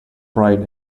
bright